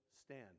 stand